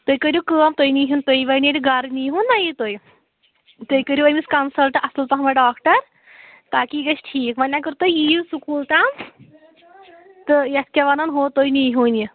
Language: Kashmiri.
تُہۍ کٔرِو کٲم تُہۍ نیٖہوٗن تُہۍ وۅنۍ ییٚلہِ گَرٕ نیٖہوٗن نا یہِ تُہۍ تُہۍ کٔرِو أمِس کَنسَلٹہٕ اَصٕل پَہم ڈاکٹر تاکہِ یہِ گژھِ ٹھیٖک وۅنۍ اگر تُہۍ یِیِو سکوٗل تام تہٕ یَتھ کیٛاہ وَنان ہُہ تُہۍ نیٖہوٗن یہِ